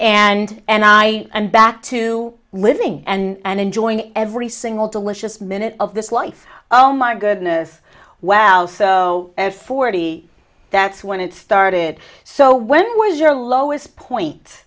and and i am back to living and enjoying every single delicious minute of this life oh my goodness well so at forty that's when it started so when i was your lowest point